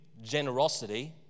generosity